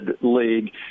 league